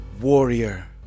warrior